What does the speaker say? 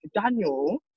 Daniel